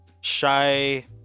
shy